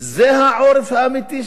זה העורף האמיתי שלנו,